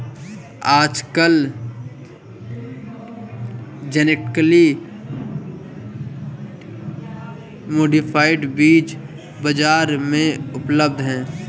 आजकल genetically modified बीज बाजार में उपलब्ध है